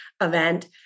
event